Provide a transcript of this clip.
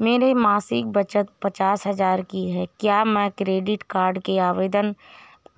मेरी मासिक बचत पचास हजार की है क्या मैं क्रेडिट कार्ड के लिए आवेदन